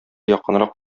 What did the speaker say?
якынрак